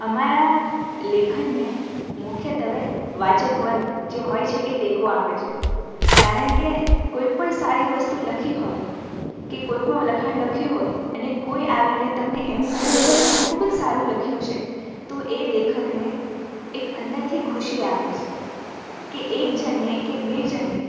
અમારા લેખનને મુખ્યત્ત્વે વાચક વર્ગ જે હોય છે એ ટેકો આપે છે કારણ કે કોઈપણ સારી વસ્તુ લખી હોય કે કોઈપણ લખાણ લખ્યું હોય અને કોઈ આવીને તમને એમ કહી દે કે તમે ખૂબ જ સારું લખ્યું છે તો એ લેખકને એક અંદરથી ખુશી આપે છે કે એક જણને કે બે જણને